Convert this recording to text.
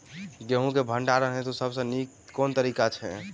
गेंहूँ केँ भण्डारण हेतु सबसँ नीक केँ तरीका छै?